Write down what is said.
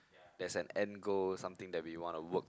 there's an end goal something that we wanna work